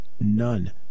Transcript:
None